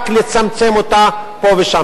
אנחנו ממשיכים אותם וצריכים לחדש אותם כל שנה?